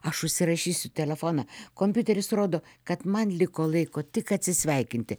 aš užsirašysiu telefoną kompiuteris rodo kad man liko laiko tik atsisveikinti